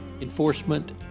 enforcement